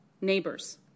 neighbors